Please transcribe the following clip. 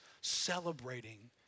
celebrating